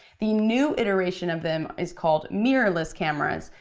the new iteration of them is called mirrorless cameras.